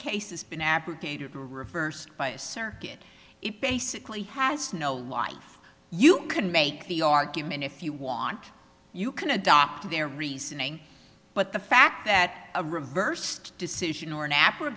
or reversed by a circuit it basically has no life you can make the argument if you want you can adopt their reasoning but the fact that a reversed decision or an apple